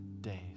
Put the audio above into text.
days